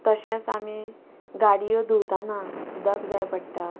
तशेंच आमी गाडयो धुवताना उदक जाय पडटा